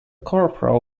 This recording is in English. corporal